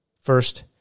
First